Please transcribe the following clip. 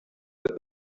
that